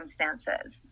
circumstances